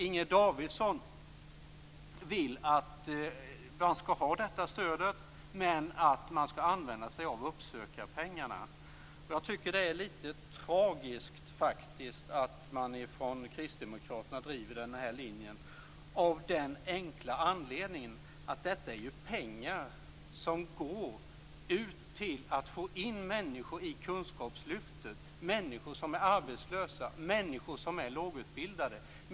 Inger Davidson vill att man skall ha detta stöd men att man skall använda sig av uppsökarpengarna. Jag tycker att det är lite tragiskt, faktiskt, att man från Kristdemokraterna driver den här linjen - av den enkla anledningen att detta ju är pengar som går till att få in människor i kunskapslyftet, människor som är arbetslösa, människor som är lågutbildade.